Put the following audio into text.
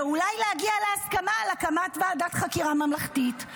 ואולי להגיע להסכמה על הקמת ועדת חקירה ממלכתית.